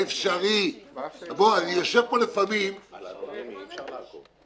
על אנונימי אי אפשר לאכוף.